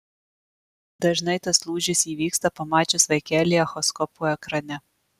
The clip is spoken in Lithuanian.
dažnai tas lūžis įvyksta pamačius vaikelį echoskopo ekrane